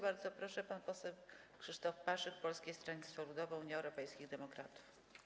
Bardzo proszę, pan poseł Krzysztof Paszyk, Polskie Stronnictwo Ludowe - Unia Europejskich Demokratów.